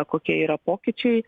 kokie yra pokyčiai